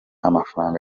amafaranga